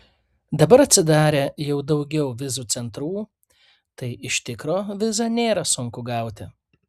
dabar atsidarė jau daugiau vizų centrų tai iš tikro vizą nėra sunku gauti